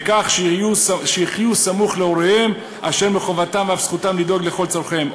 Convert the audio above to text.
בכך שיחיו סמוך להוריהם אשר מחובתם ואף זכותם לדאוג לכל צורכיהם.